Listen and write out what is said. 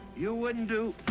you wouldn't do.